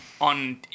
on